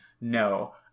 No